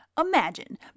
Imagine